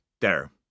There